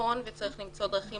שנכון וצריך למצוא דרכים